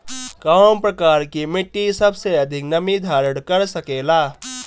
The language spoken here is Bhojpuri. कौन प्रकार की मिट्टी सबसे अधिक नमी धारण कर सकेला?